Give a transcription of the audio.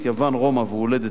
רומא והולדת תרבות המערב,